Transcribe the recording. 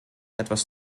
etwas